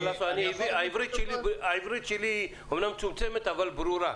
העברית שלי אמנם מצומצמת אבל ברורה.